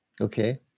Okay